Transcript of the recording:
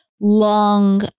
long